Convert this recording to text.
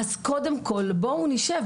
בואו קודם כול נשב.